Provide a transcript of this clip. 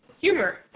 humor